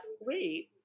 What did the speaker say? wait